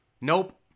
nope